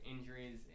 injuries